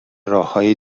راههای